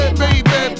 baby